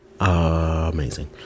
amazing